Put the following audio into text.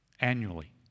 Annually